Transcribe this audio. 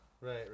right